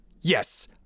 Yes